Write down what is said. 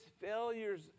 failures